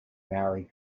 maori